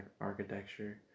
architecture